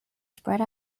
spread